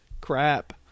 crap